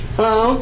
Hello